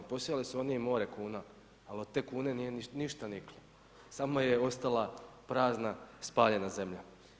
Posijali su oni i more kuna, ali od te kune nije ništa niklo, samo je ostala prazna spaljena zemlja.